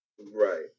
Right